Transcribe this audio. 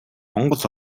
монгол